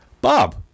Bob